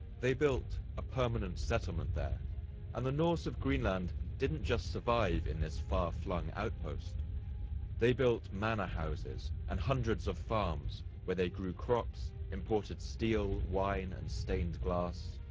they built a permanent settlement there and the norse of greenland didn't just survive in this far-flung outpost they built manor houses and hundreds of farms where they grew crops, imported steel, wine, and stained glass.